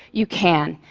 you can.